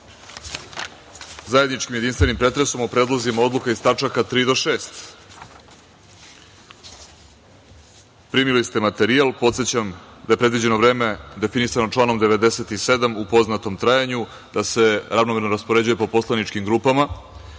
zajedničkim jedinstvenim pretresom o predlozima odluka iz tačaka 3. do 6. dnevnog reda. Primili ste materijal. Podsećam da je predviđeno vreme definisano članom 97. u poznatom trajanju, da se ravnomerno raspoređuje po poslaničkim grupama. Molim